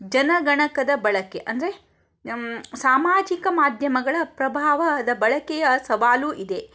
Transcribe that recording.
ಜನಗಣಕದ ಬಳಕೆ ಅಂದರೆ ಸಾಮಾಜಿಕ ಮಾಧ್ಯಮಗಳ ಪ್ರಭಾವದ ಬಳಕೆಯ ಸವಾಲೂ ಇದೆ